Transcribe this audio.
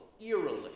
eerily